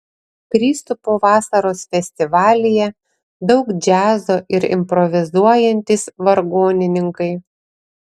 kristupo vasaros festivalyje daug džiazo ir improvizuojantys vargonininkai